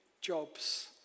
jobs